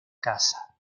casa